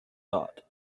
dot